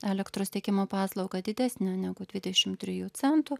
elektros tiekimo paslaugą didesnę negu dvidešim trijų centų